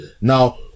Now